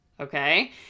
Okay